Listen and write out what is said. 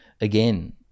again